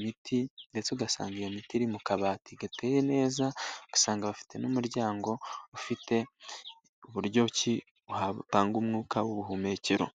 imiti ndetse ugasangagira iyo mitiri mu kabati gateye neza, ugasanga bafite n'umuryango ufite uburyo ki utanga umwuka w'ubuhumekero.